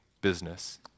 business